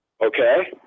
Okay